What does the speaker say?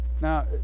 Now